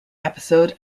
episode